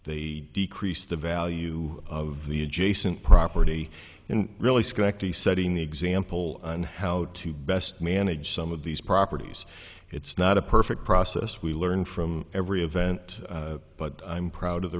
they decrease the value of the adjacent property in really setting the example on how to best manage some of these properties it's not a perfect process we learn from every event that but i'm proud of the